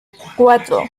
cuatro